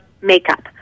makeup